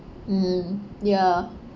mm ya